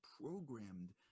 programmed